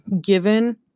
given